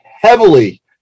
heavily